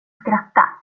skratta